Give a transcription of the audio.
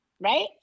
Right